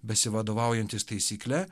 besivadovaujantis taisykle